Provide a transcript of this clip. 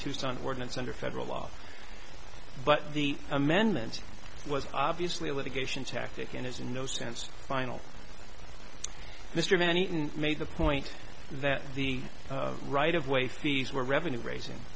tucson ordinance under federal law but the amendment was obviously a litigation tactic and is in no sense final mr mann eaton made the point that the right of way fees were revenue raising